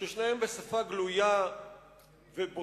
ששניהם, בשפה גלויה ובוטה,